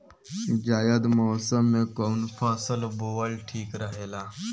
जायद मौसम में कउन फसल बोअल ठीक रहेला?